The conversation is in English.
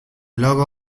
logo